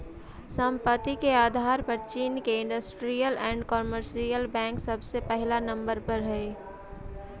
संपत्ति के आधार पर चीन के इन्डस्ट्रीअल एण्ड कमर्शियल बैंक सबसे पहिला नंबर पर हई